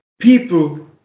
People